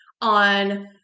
on